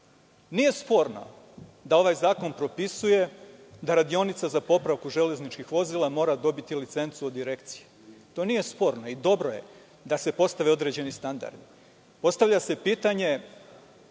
Nije sporno da ovaj zakon propisuje da radionica za popravku železničkih vozila mora dobiti licencu od direkcije. To nije sporno i dobro je da se postave određeni standardi. Postavlja se pitanje